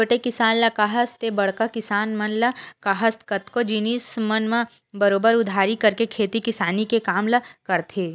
छोटे किसान ल काहस ते बड़का किसान मन ल काहस कतको जिनिस मन म बरोबर उधारी करके खेती किसानी के काम ल करथे